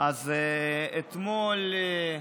אז אתמול,